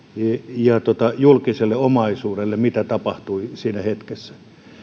ja julkiselle omaisuudelle kuuden miljardin vahingot mitkä tapahtuivat siinä hetkessä